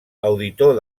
auditor